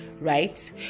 right